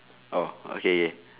oh okay K